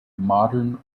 modern